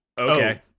Okay